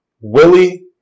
Willie